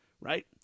right